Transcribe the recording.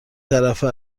طرفه